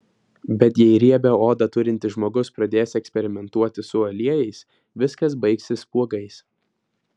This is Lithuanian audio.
bet jei riebią odą turintis žmogus pradės eksperimentuoti su aliejais viskas baigsis spuogais